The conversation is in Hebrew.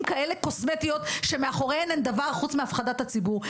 כאלה קוסמטיות שמאחוריהן אין דבר חוץ מהפחדת הציבור.